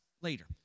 later